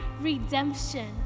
redemption